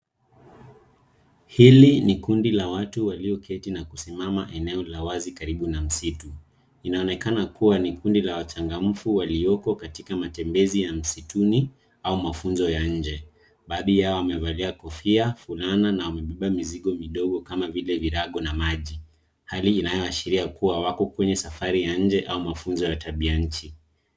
Hili ni kundi la watu walioketi na kusimama eneo la wazi karibu na msitu. Inaonekana kuwa ni kundi la wachangamfu walioko katika matembezi ya msituni au mafunzo ya nje. Baadhi yao wamevalia kofia, fulana, na wamebeba mizigo midogo, kama vile virago na maji, hali inayoashiria kuwa wako kwenye safari ya nje au mafunzo ya tabia nchi.